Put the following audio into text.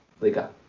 Liga